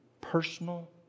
personal